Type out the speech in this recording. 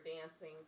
dancing